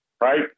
right